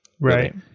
Right